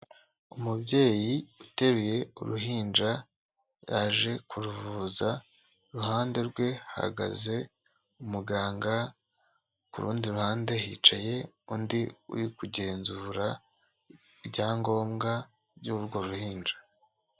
Umubyeyi uteruye uruhinja yaje kuruvuza, iruhande rwe hahagaze umuganga, ku rundi ruhande hicaye undi uri kugenzura ibyangombwa by'urwo ruhinja.